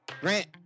Grant